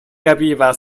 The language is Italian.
capiva